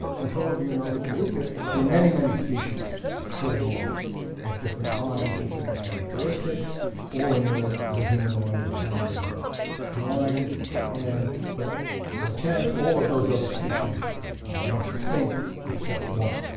but as all of you know from the newspaper, there are many, many species splitting off at different times with different characteristics all in the the humanoid, hominid line and but by chance all of those other species went extinct except one.